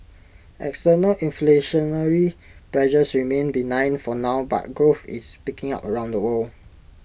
external inflationary pressures remain benign for now but growth its picking up around the world